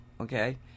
Okay